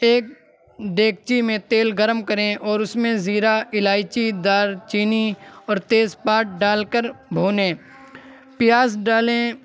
ایک دیگچی میں تیل گرم کریں اور اس میں زیرہ الائچی دار چینی اور تیزپات ڈال کر بھونیں پیاز ڈالیں